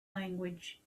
language